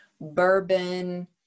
bourbon